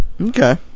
Okay